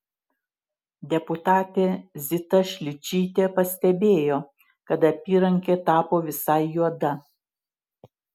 deputatė zita šličytė pastebėjo kad apyrankė tapo visa juoda